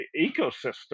ecosystem